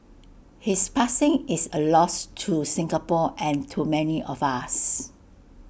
his passing is A loss to Singapore and to many of us